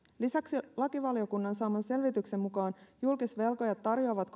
lisäksi lakivaliokunnan saaman selvityksen mukaan julkisvelkojat tarjoavat